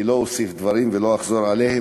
אני לא אוסיף דברים ולא אחזור על דברים,